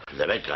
that. i